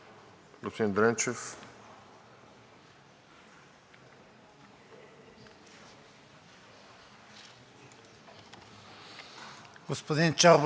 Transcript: Господин Чорбов, искам да запитам: какво Вие всъщност мислите? Дали мислите, че войната започна тази година на 24